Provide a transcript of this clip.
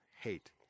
Hate